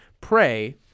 pray